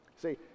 See